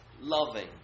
loving